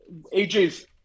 AJ's